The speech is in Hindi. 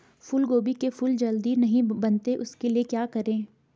फूलगोभी के फूल जल्दी नहीं बनते उसके लिए क्या करें?